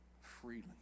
Freely